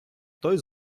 той